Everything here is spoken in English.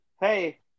Hey